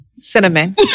Cinnamon